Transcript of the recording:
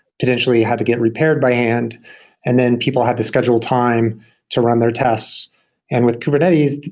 potentially had to get repaired by hand and then people have to schedule time to run their tests and with kubernetes,